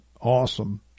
awesome